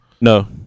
No